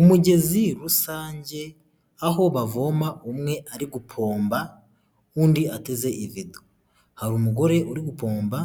Umugezi rusange aho bavoma umwe ari gupomba undi ateze ivido hari umugore uri gupomba